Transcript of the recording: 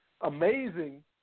amazing